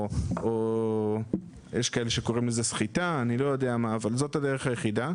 או שיש כאלו שקוראים לזה סחיטה או אני לא יודע מה אבל זאת הדרך היחידה.